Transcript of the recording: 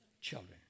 Children